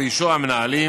באישור המנהלים